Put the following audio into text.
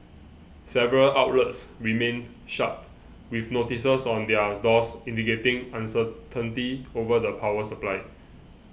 several outlets remained shut with notices on their doors indicating uncertainty over the power supply